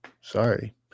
Sorry